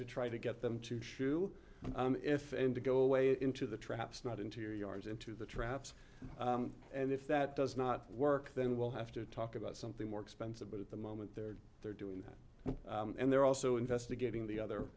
to try to get them to shoo if i'm to go away into the traps not into yours into the traps and if that does not work then we'll have to talk about something more expensive but at the moment they're there doing that and they're also investigating the other